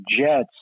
Jets